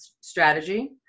strategy